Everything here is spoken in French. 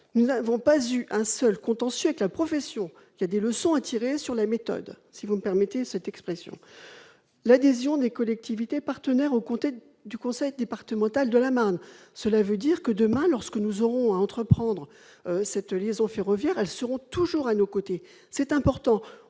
Nous n'avons pas eu un seul contentieux avec la profession- il y aurait des leçons à tirer sur la méthode, si vous me permettez cette expression -, nous avons obtenu l'adhésion des collectivités partenaires du conseil départemental de la Marne ; cela veut dire que, demain, lorsque nous aurons à entreprendre cette liaison ferroviaire, elles seront toujours à nos côtés, c'est essentiel.